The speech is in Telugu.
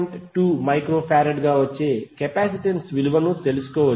2 మైక్రో ఫరాడ్ గా వచ్చే కెపాసిటన్స్ విలువను తెలుసుకోవచ్చు